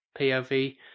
POV